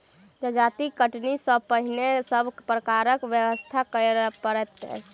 जजाति कटनी सॅ पहिने सभ प्रकारक व्यवस्था करय पड़ैत छै